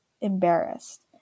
embarrassed